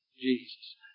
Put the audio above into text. Jesus